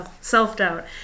self-doubt